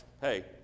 Hey